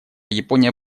япония